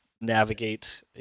navigate